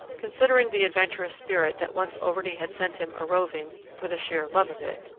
considering the adventurous spirit that once already had sent him a-roving for the sheer love of it,